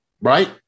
right